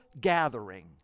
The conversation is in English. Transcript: gathering